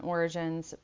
Origins